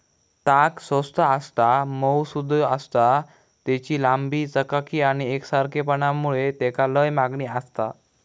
ताग स्वस्त आसता, मऊसुद आसता, तेची लांबी, चकाकी आणि एकसारखेपणा मुळे तेका लय मागणी आसता